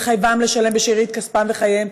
לחייבם לשלם בשארית כספם וחייהם?